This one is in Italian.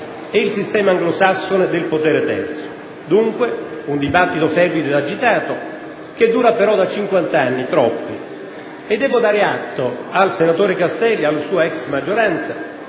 ed il sistema anglosassone del potere terzo. Dunque, un dibattito fervido ed agitato che dura però da 50 anni, troppi. E devo dare atto al senatore Castelli ed alla sua ex maggioranza